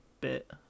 bit